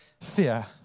fear